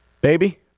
baby